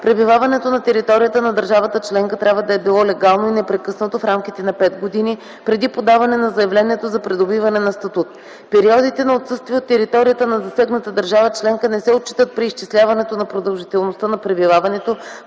пребиваването на територията на държавата членка трябва да е било легално и непрекъснато в рамките на 5 години преди подаване на заявлението за придобиване на статут. Периодите на отсъствие от територията на засегната държава членка не се отчитат при изчисляването на продължителността на пребиваването,